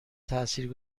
تاثیر